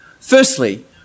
Firstly